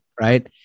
right